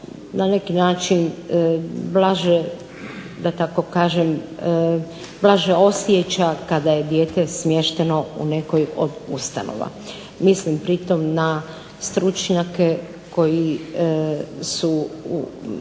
da tako kažem, blaže osjeća kada je dijete smješteno u nekoj od ustanova. Mislim pri tome na stručnjake koji su